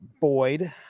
Boyd